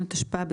ולהצבעה.